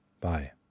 Bye